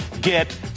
get